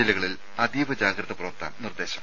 ജില്ലകളിൽ അതീവ ജാഗ്രത പുലർത്താൻ നിർദ്ദേശം